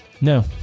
No